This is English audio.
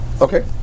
Okay